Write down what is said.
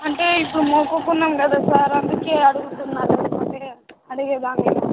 అంటే ఇప్పుడు మొక్కుకున్నాం కదా సార్ అందుకే అడుగుతున్నాను లేకపోతే అడిగే దాన్ని కాదు